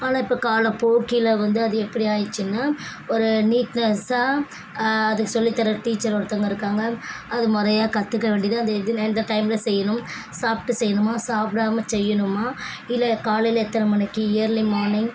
ஆனால் இப்போ காலப்போக்கில் வந்து அது எப்படி ஆயிருச்சின்னால் ஒரு நீட்னஸ்ஸாக அதுக்கு சொல்லி தர்ற டீச்சர் ஒருத்தவங்க இருக்காங்க அது முறையா கற்றுக்க வேண்டியது அந்த இது எந்த டைம்ல செய்யணும் சாப்பிட்டு செய்யணுமா சாப்பிடாம செய்யணுமா இல்லை காலையில் எத்தனை மணிக்கு இயர்லி மார்னிங்